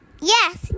Yes